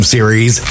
Series